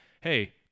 Hey